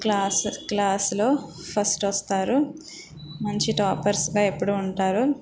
class class లో first వస్తారు మంచి టాపర్స్ గా ఎప్పుడు ఉంటారు